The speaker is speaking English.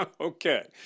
Okay